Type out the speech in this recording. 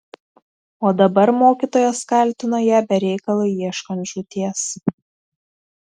o dabar mokytojas kaltino ją be reikalo ieškant žūties